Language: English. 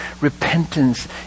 repentance